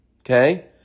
okay